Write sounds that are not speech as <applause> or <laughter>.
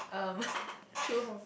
um <laughs> true home